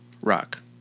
rock